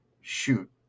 shoot